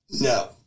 No